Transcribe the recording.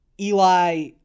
Eli